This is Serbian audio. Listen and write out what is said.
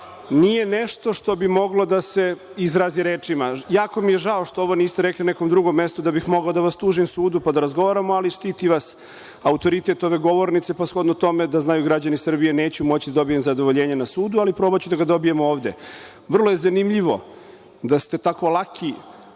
nije nešto što bi moglo da se izrazi rečima. Jako mi je žao što ovo niste rekli na nekom drugom mestu da bih mogao da vas tužim sudu, pa da razgovaramo, ali štiti vas autoritet ove govornice, pa shodno tome, da znaju građani Srbije, neću moći da dobijem zadovoljenje na sudu, ali probaću da ga dobijem ovde. Vrlo je zanimljivo da ste tako laki